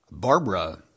Barbara